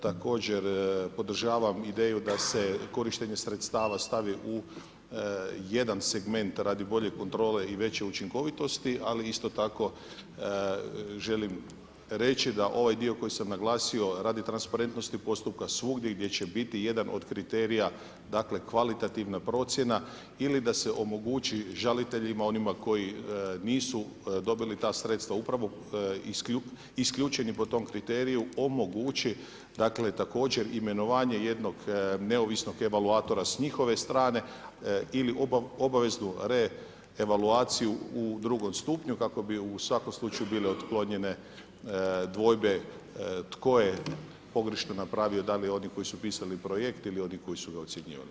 Također podržavam ideju da se korištenje sredstava stavi u jedan segment radi bolje kontrole i veće učinkovitosti, ali isto tako želim reći da ovaj dio koji sam naglasio radi transparentnosti postupka svugdje gdje će biti jedan od kriterija, dakle kvalitativna procjena ili da se omogući žaliteljima, onima koji nisu dobili ta sredstva upravo isključeni po tom kriteriju omogući dakle također imenovanje jednog neovisnog evaluatora s njihove strane ili obaveznu reevaluaciju u drugom stupnju kako bi u svakom slučaju bile otklonjene dvojbe tko je pogrešno napravio da li oni koji su pisali prosjekt ili oni koji su ga ocjenjivali.